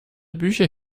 bücher